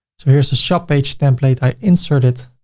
so here's the shop page template, i insert it.